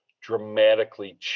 dramatically